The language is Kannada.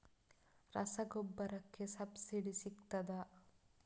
ರಸಗೊಬ್ಬರಕ್ಕೆ ಸಬ್ಸಿಡಿ ಸಿಗ್ತದಾ?